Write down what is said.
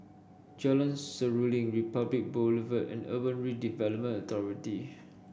Jalan Seruling Republic Boulevard and Urban Redevelopment Authority